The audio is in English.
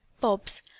Bob's